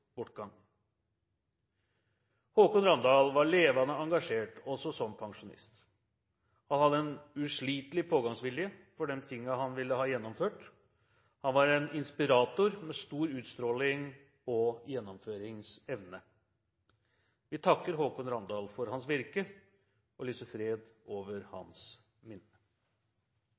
Håkon Randal var levende engasjert også som pensjonist. Han hadde en uslitelig pågangsvilje for de tingene han ville ha gjennomført. Han var en inspirator med stor utstråling og gjennomføringsevne. Vi takker Håkon Randal for hans virke og lyser fred over hans minne.